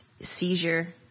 seizure